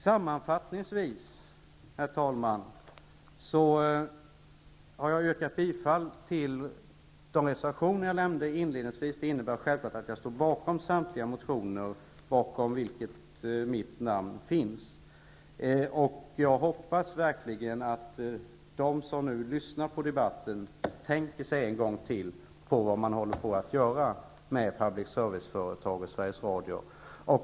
Sammanfattningsvis, herr talman: Jag har yrkat bifall till de reservationer som jag nämnde inledningsvis, men jag står självfallet bakom samtliga motioner på vilka mitt namn finns. Jag hoppas verkligen att de som nu lyssnar på debatten tänker sig för en gång till inför det som man håller på att göra med public service-företaget Sveriges Radio.